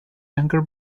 younger